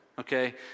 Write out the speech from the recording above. okay